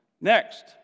Next